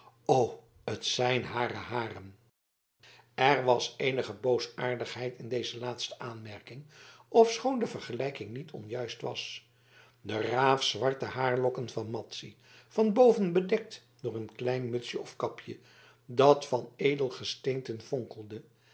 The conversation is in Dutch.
o t zijn hare haren er was eenige boosaardigheid in deze laatste aanmerking ofschoon de vergelijking niet onjuist was de raafzwarte haarlokken van madzy van boven bedekt door een klein mutsje of kapje dat van edelgesteenten fonkelde